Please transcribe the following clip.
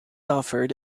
offered